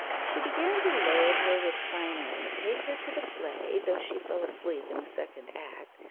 she began to load her with finery, take her to the play, though she fell asleep in the second act,